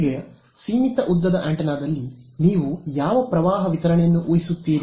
ಈಗ ಸೀಮಿತ ಉದ್ದದ ಆಂಟೆನಾದಲ್ಲಿ ನೀವು ಯಾವ ಪ್ರವಾಹ ವಿತರಣೆಯನ್ನು ಊಹಿಸುತ್ತೀರಿ